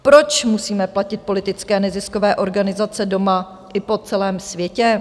Proč musíme platit politické neziskové organizace doma i po celém světě?